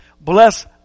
bless